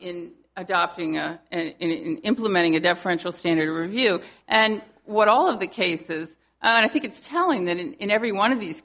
in adopting and implementing a deferential standard review and what all of the cases and i think it's telling that in every one of these